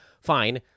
fine